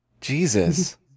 Jesus